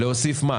מה להוסיף?